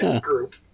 group